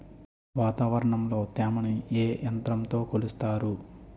వాతావరణంలో తేమని ఏ యంత్రంతో కొలుస్తారు?